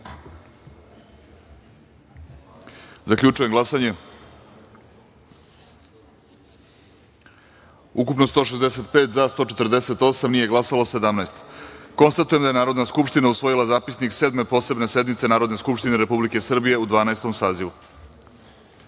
godine. Zaključujem glasanje: ukupno 165, za – 148, nije glasalo – 17.Konstatujem da je Narodna skupština usvojila Zapisnik Sedme posebne sednice Narodne skupštine Republike Srbije u Dvanaestom